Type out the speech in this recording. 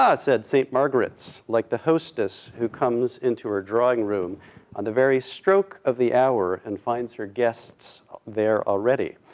ah said st. margaret's, like the hostess who comes into her drawing room on the very stroke of the hour, and finds her guests there already,